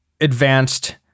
advanced